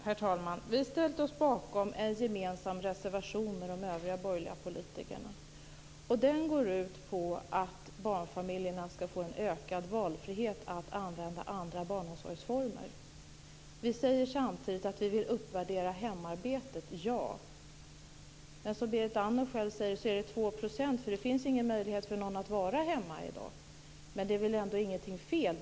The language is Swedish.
Herr talman! Vi ställde oss bakom en gemensam reservation med de övriga borgerliga politikerna. Den går ut på att barnfamiljerna ska få en ökad valfrihet att använda andra barnomsorgsformer. Vi säger samtidigt att vi vill uppvärdera hemarbetet, men som Berit Andnor själv säger är det fråga om 2 %. Det finns knappast möjlighet för några att vara hemma i dag, men det är väl ändå inte fel att vara det.